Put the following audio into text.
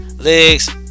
legs